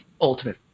ultimate